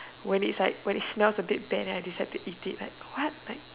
when it is like when it smells a bit bad then I decide to eat it like what like